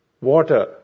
water